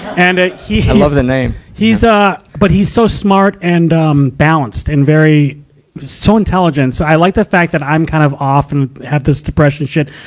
and ah love the name. he's, ah, but he's so smart and, um, balanced and very, just so intelligent. so i like the fact that i'm kind of off and have this depression shit.